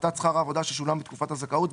בהפחתת שכר העבודה ששולם בתקופת הזכאות,